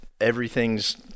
everything's